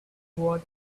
what